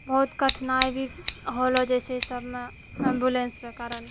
बहुत कठिनाइ भी होलो जाइ छै सबमे एम्बुलेन्स र कारन